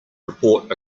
report